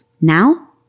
Now